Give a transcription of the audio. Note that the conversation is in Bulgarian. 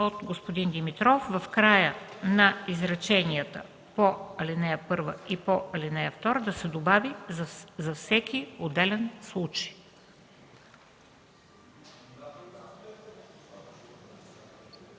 от господин Димитров в края на изреченията по ал. 1 и по ал. 2 да се добави „за всеки отделен случай”.